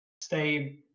stay